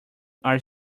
are